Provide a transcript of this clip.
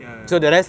ya ya ya